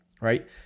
right